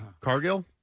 Cargill